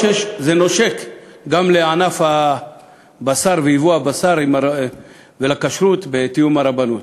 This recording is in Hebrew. אפילו שזה נושק גם לענף הבשר ויבוא הבשר ולכשרות בתיאום הרבנות.